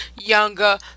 younger